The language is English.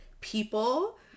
people